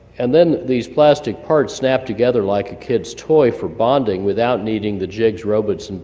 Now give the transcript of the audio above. and then these plastic parts snap together like a kid's toy for bonding without needing the jigs, robots, and